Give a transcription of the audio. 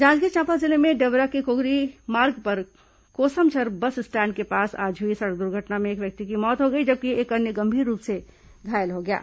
जांजगीर चांपा जिले में डभरा के घोघरी मार्ग पर कोसमझर बस स्टेण्ड के पास आज हुई सड़क दुर्घटना में एक व्यक्ति की मौत हो गई जबकि एक अन्य गंभीर रूप से घायल हो गया है